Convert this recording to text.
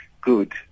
good